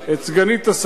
כמו גם את השר: